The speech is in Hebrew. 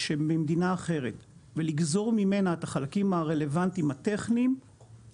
שבמדינה אחרת ולגזור ממנה את החלקים הרלוונטיים הטכניים,